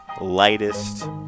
lightest